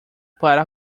para